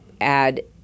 add